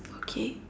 okay